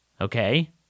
okay